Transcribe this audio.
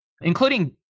including